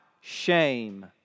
shame